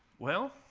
well,